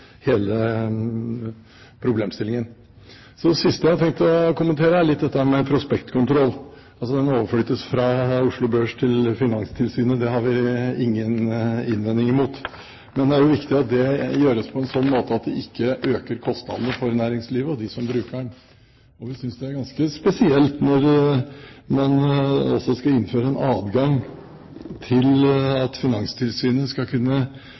problemstillingen. Det siste jeg har tenkt å kommentere litt, er prospektkontroll, at den overflyttes fra Oslo Børs til Finanstilsynet. Det har vi ingen innvendinger mot. Men det er viktig at det gjøres på en slik måte at det ikke øker kostnadene for næringslivet og de som bruker det. Vi synes det er ganske spesielt når man også skal innføre adgang for Finanstilsynet til å kunne